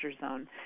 Zone